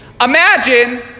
Imagine